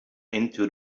into